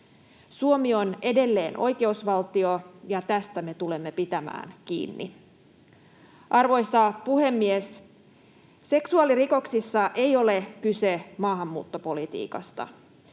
Suomi on edelleen oikeusvaltio, ja tästä me tulemme pitämään kiinni. Arvoisa puhemies! Seksuaalirikoksissa ei ole kyse maahanmuuttopolitiikasta.